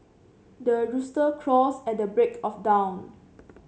the rooster crows at the break of dawn